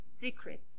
secret